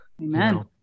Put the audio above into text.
Amen